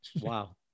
Wow